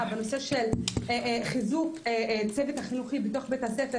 בנושא של חיזוק הצוות החינוכי בתוך בית הספר,